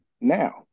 now